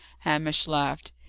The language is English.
hamish laughed.